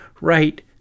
right